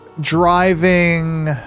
driving